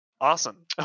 Awesome